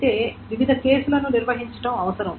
అయితే వివిధ కేసులను నిర్వహించడం అవసరం